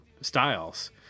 styles